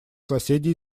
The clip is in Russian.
соседи